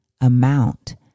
amount